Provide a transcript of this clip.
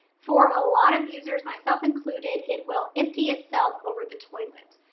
for a lot of users myself included, it will empty itself over the toilet.